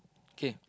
okay